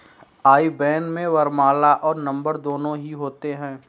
आई ban में वर्णमाला और नंबर दोनों ही होते हैं